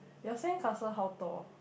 your sand castle how tall